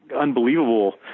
unbelievable